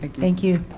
thank you.